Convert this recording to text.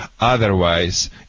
Otherwise